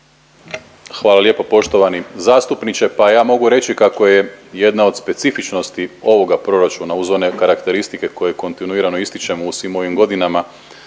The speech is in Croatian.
Hvala lijepo poštovani zastupniče. Pa ja mogu reći kako je jedna od specifičnosti ovoga proračuna uz one karakteristike koje kontinuirano ističemo u svim ovim godinama,